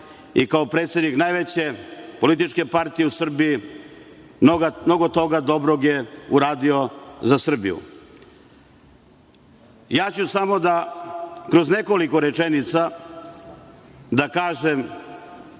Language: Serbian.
i kao predsednik najveće političke partije u Srbiji, mnogo toga dobrog je uradio za Srbiju. Samo ću, kroz nekoliko rečenica da kažem